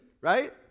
right